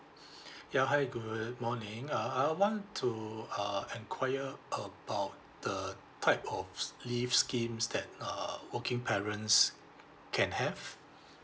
ya hi good morning uh I want to uh inquire about the type of s~ leave schemes that err working parents can have